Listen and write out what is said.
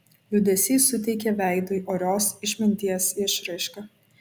liūdesys suteikė veidui orios išminties išraišką